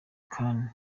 khama